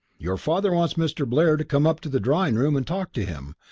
your father wants mr. blair to come up to the drawing-room and talk to him.